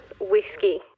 Whiskey